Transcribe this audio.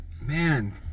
Man